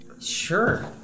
Sure